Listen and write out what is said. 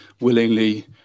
willingly